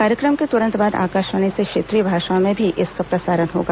कार्यक्रम के तुरंत बाद आकाशवाणी से क्षेत्रीय भाषाओं में भी इसका प्रसारण होगा